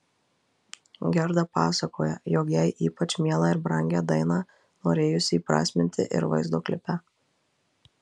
gerda pasakoja jog jai ypač mielą ir brangią dainą norėjusi įprasminti ir vaizdo klipe